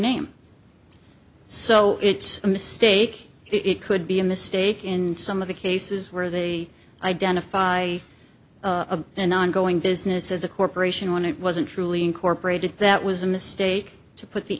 name so it's a mistake it could be a mistake in some of the cases where they identify an ongoing business as a corporation when it wasn't truly incorporated that was a mistake to put the